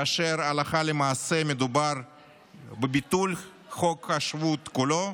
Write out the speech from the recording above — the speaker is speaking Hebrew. כאשר הלכה למעשה מדובר בביטול חוק השבות כולו,